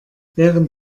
während